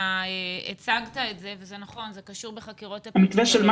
אתה הצגת את זה וזה נכון וזה קשור בחקירות אפידמיולוגיות.